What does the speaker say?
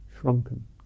shrunken